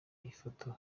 ifoto